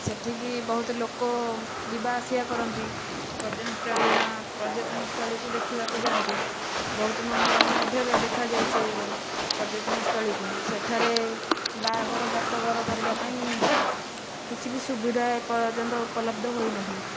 ସେଠିକି ବହୁତ ଲୋକ ଯିବା ଆସିବା କରନ୍ତି ପର୍ଯ୍ୟଟନସ୍ଥଳୀ ପର୍ଯ୍ୟଟନସ୍ଟଳିକୁ ଦେଖିବାକୁ ଯାଆନ୍ତି ବହୁତ ମନୋରମା ମଧ୍ୟ ଦେଖାଯାଏ ସେ ପର୍ଯ୍ୟଟନସ୍ଥଳୀକୁ ସେଠାରେ ବାହାଘର ବ୍ରତଘର କରିବା ପାଇଁ କିଛିବି ସୁବିଧା ଏପର୍ଯ୍ୟନ୍ତ ଉପଲବ୍ଧ ହୋଇନାହିଁ